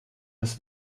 das